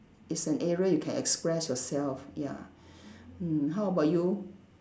it's an area you can express yourself ya mm how about you